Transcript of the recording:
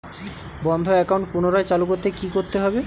বন্ধ একাউন্ট পুনরায় চালু করতে কি করতে হবে?